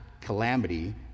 calamity